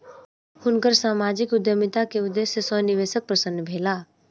हुनकर सामाजिक उद्यमिता के उदेश्य सॅ निवेशक प्रसन्न भेला